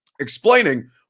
explaining